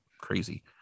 Crazy